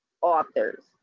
authors